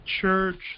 church